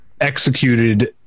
executed